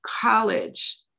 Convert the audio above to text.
college